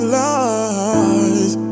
lies